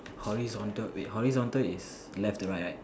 horizontal wait horizontal is left to right right